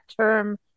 term